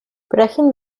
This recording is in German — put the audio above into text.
brechen